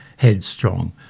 headstrong